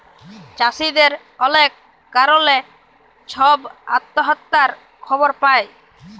চাষীদের অলেক কারলে ছব আত্যহত্যার খবর পায়